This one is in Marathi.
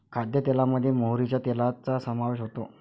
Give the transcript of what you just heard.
खाद्यतेलामध्ये मोहरीच्या तेलाचा समावेश होतो